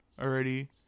already